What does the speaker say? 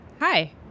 hi